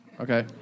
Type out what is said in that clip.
Okay